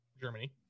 Germany